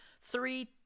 three